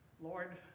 Lord